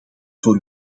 voor